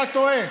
אתה טועה.